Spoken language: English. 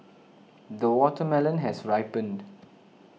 the watermelon has ripened